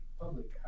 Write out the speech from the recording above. public